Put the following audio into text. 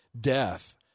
death